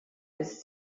ist